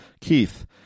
Keith